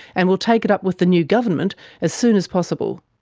and will take it up with the new government as soon as possible.